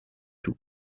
tout